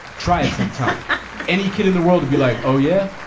try any kid in the world to be like, oh, yeah,